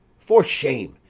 for shame,